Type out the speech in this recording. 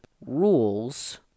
rules